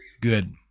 Good